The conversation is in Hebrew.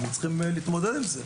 הם צריכים להתמודד עם זה.